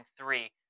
three